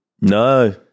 No